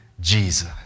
Jesus